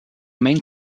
main